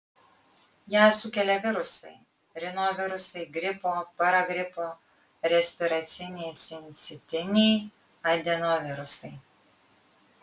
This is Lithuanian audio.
ją sukelia virusai rinovirusai gripo paragripo respiraciniai sincitiniai adenovirusai